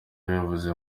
babivuze